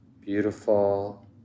beautiful